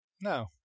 No